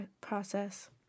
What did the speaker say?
process